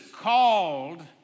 called